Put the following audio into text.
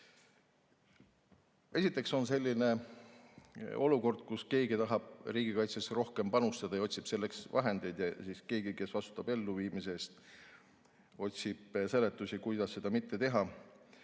Esiteks on selline olukord, kus keegi tahab riigikaitsesse rohkem panustada ja otsib selleks vahendeid, aga keegi, kes vastutab selle elluviimise eest, otsib seletusi, kuidas seda mitte teha.